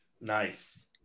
Nice